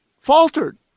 faltered